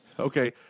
Okay